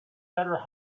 better